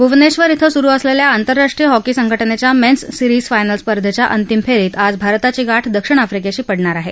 भुवनेश्वर इथं सुरू असलेल्या आंतरराष्ट्रीय हॉकी संघटनेच्या मेन्स सीरिज फायनल्स स्पर्धेच्या अंतिम फेरीत आज भारताची गाठ दक्षिण आफ्रिकेशी पडणार आहे